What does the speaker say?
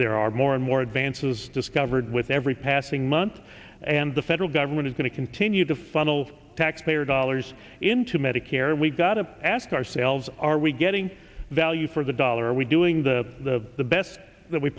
there are more and more advances discovered with every passing month and the federal government is going to continue to funnel taxpayer dollars into medicare we've got to ask ourselves are we getting value for the dollar are we doing the best that we